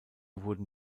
wurden